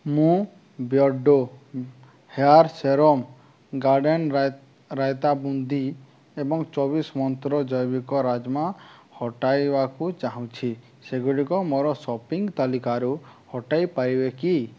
ମୁଁ Beardo hair serum garden raita boondi ଏବଂ ଚବିଶି ମନ୍ତ୍ର ଜୈବିକ ରାଜ୍ମା ହଟାଇବାକୁ ଚାହୁଁଛି ସେଗୁଡ଼ିକ ମୋର ସପିଂ ତାଲିକାରୁ ହଟାଇ ପାରିବେ କି